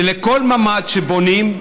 שלכל ממ"ד שבונים,